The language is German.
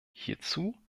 hierzu